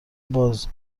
باز